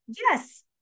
yes